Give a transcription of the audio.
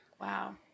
Wow